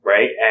Right